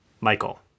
Michael